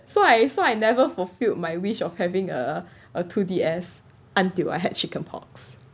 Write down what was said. so I so I never fulfilled my wish of having a a two D_S until I had chicken pox